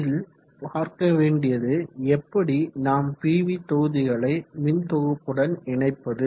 இதில் பார்க்க வேண்டியது எப்படி நாம் பிவி தொகுதிகளை மின்தொகுப்புடன் இணைப்பது